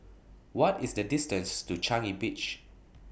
What IS The distance to Changi Beach